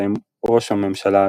בהם ראש הממשלה,